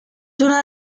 una